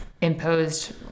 imposed